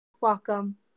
welcome